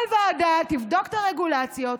כל ועדה תבדוק את הרגולציות,